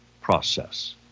process